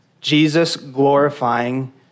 Jesus-glorifying